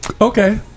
okay